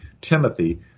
Timothy